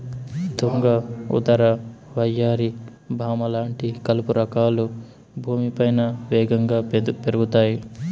తుంగ, ఉదర, వయ్యారి భామ లాంటి కలుపు రకాలు భూమిపైన వేగంగా పెరుగుతాయి